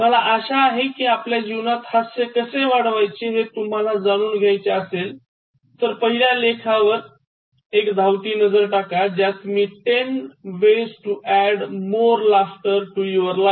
मला आशा आहे कि आपल्या जीवनात हास्य कसे वाढवायचे हे तुम्हाला जाणून घायचे असेल तर पहिल्या लेखावर एक धावती नजर टाका ज्यात मी "10 Ways to Add More Laughter to Your Life